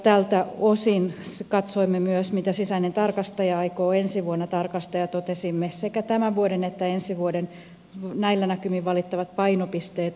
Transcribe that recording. tältä osin katsoimme myös mitä sisäinen tarkastaja aikoo ensi vuonna tarkastaa ja totesimme sekä tämän vuoden että ensi vuoden näillä näkymin valittavat painopisteet oikeiksi